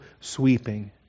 sweeping